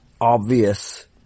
obvious